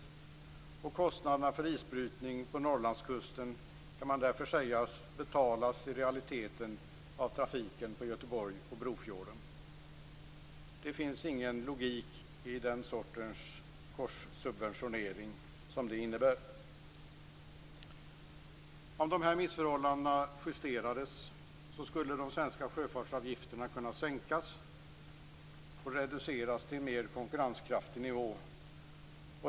Man kan därför säga att kostnaderna för isbrytning på Norrlandskusten i realiteten betalas av trafiken på Göteborg och Brofjorden. Det finns ingen logik i den korssubventionering som det innebär. Om dessa missförhållanden justerades skulle de svenska sjöfartsavgifterna kunna sänkas och reduceras till en mer konkurrenskraftig nivå.